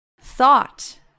thought